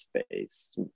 space